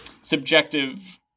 subjective